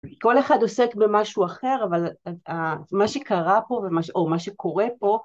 כל אחד עוסק במשהו אחר, אבל מה שקרה פה או מה שקורה פה